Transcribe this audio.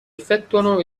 effettuano